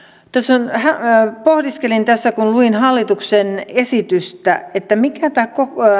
pohdiskelin tässä kun luin hallituksen esitystä mikä tämä